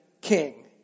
king